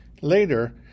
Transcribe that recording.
Later